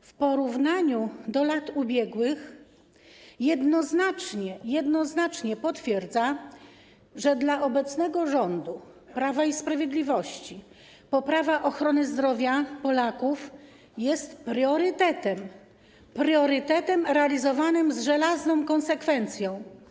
w porównaniu do lat ubiegłych jednoznacznie potwierdzają, że dla obecnego rządu Prawa i Sprawiedliwości poprawa ochrony zdrowia Polaków jest priorytetem, priorytetem realizowanym z żelazną konsekwencją.